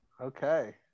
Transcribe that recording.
Okay